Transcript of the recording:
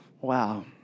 Wow